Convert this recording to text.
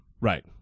Right